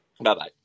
Bye-bye